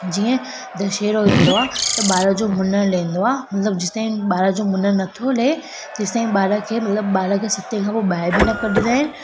जीअं दशहरो ईंदो आहे त ॿार जो मुनणु लहींदो आहे मतलबु जेसताईं ॿारजो मुनणु नथो लहे तेसताईं ॿार खे मतलबु ॿार खे सतें खां पोइ ॿाहिरि बि न कढंदा आहिनि